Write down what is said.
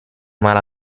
male